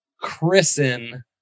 Christen